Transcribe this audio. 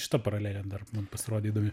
šita paralelė dar m pasirodė įdomi